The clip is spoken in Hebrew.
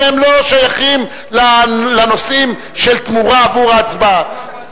שהם לא שייכים לנושאים של תמורה עבור ההצבעה.